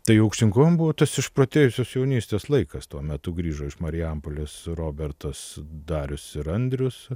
tai aukštyn kojom buvo tos išprotėjusios jaunystės laikas tuo metu grįžo iš marijampolės robertas darius ir andrius